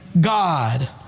God